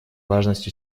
важность